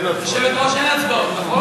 היושבת-ראש, אין הצבעות, נכון?